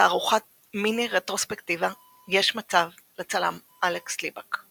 תערוכה מיני רטרוספקטיבה "יש מצב" לצלם אלכס ליבק.